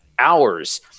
hours